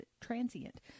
transient